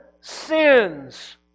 sins